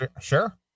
Sure